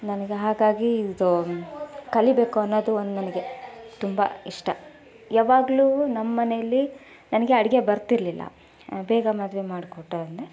ನನಗೆ ಹಾಗಾಗಿ ಇದು ಕಲಿಯಬೇಕು ಅನ್ನೋದು ಒಂದು ನನಗೆ ತುಂಬ ಇಷ್ಟ ಯಾವಾಗ್ಲೂ ನಮ್ಮ ಮನೇಲಿ ನನಗೆ ಅಡುಗೆ ಬರ್ತಿರಲಿಲ್ಲ ಬೇಗ ಮದುವೆ ಮಾಡಿ ಕೊಟ್ಟ ಅಂದರೆ